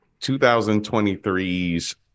2023's